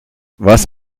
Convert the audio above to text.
was